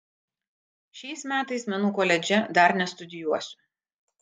šiais metais menų koledže dar nestudijuosiu